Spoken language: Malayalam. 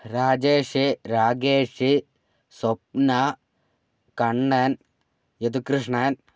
രാജേഷ് രാഗേഷ് സ്വപ്ന കണ്ണൻ യദുകൃഷ്ണൻ